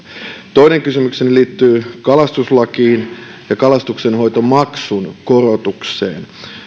toinen kysymykseni liittyy kalastuslakiin ja kalastuksenhoitomaksun korotukseen